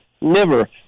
liver